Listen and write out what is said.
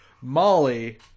Molly